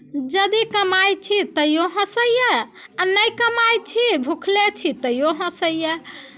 यदि कमाइ छी तैओ हँसैए आ नहि कमाइत छी भुखले छी तैओ हँसैए